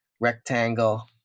rectangle